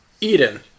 Eden